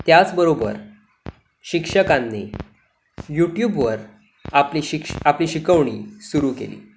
त्याचबरोबर शिक्षकांनी यूट्यूबवर आपली शिक्षण आपली शिकवणी सुरु केली